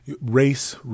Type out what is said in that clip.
race